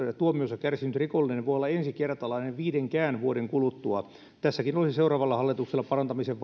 tuomionsa kärsinyt rikollinen voi olla ensikertalainen viidenkään vuoden kuluttua tässäkin olisi seuraavalla hallituksella parantamisen